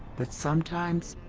but sometimes.